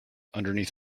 underneath